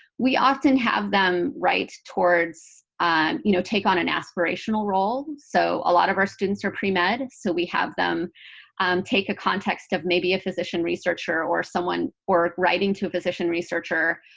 we often have them write towards um you know take on an aspirational role. so a lot of our students are premed. and so we have them take a context of maybe a physician researcher or someone, or writing to a physician researcher,